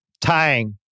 tying